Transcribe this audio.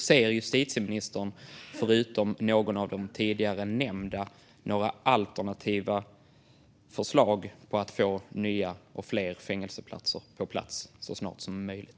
Ser justitieministern några alternativa förslag förutom de tidigare nämnda för att få nya och fler fängelseplatser på plats så snart som möjligt?